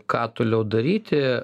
ką toliau daryti